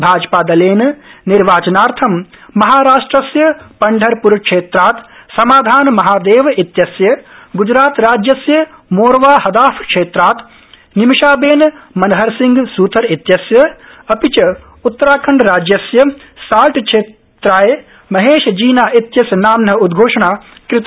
भाजपादलेन निर्वाचनार्थ महाराष्ट्रस्य पण्ढरप्रक्षेत्रात् समाधान महादेव इत्यस्य ग्जरात राज्यस्य मोर्वा हदाफ क्षेत्रात् निमिशाबेन मनहरसिंह सूथर इत्यस्य अपि च उत्तराखण्डस्य साल्टक्षेत्राय महेश जीना इत्यस्य नाम्न उदघोषणा कृता